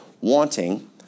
wanting